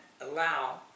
allow